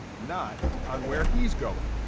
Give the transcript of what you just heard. not on where he's going.